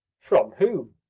from whom?